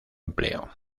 empleo